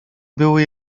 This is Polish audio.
były